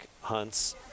hunts